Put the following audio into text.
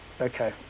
Okay